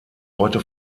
heute